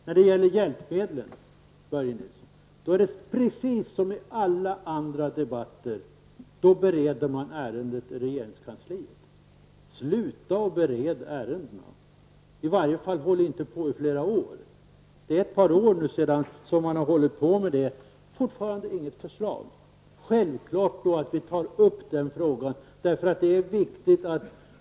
När det gäller hjälpmedlen, Börje Nilsson, blir det precis som i alla andra debatter -- ärendet bereds i regeringskansliet. Sluta att bereda ärendena! Håll i varje fall inte på i flera år! Man har hållit på med det ett par år, men fortfarande finns det inget förslag. Då är det självklart att vi tar upp frågan, för den är viktig.